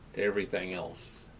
everything else.